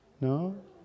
No